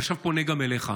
ועכשיו אני פונה גם אליך.